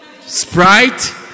Sprite